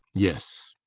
yes,